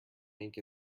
ink